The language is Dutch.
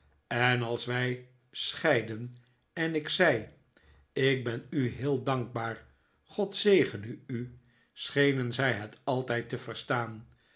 en als wij scheidden en ik zei ik ben u heel dankbaar god zegene u schenen zij het altijd te verstaan